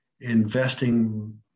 investing